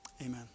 Amen